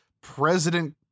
President